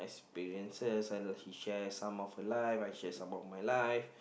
experiences and then she share some of her life I share some of my life